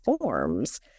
forms